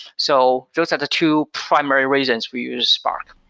so those are the two primary reasons we use spark.